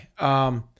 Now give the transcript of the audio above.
Okay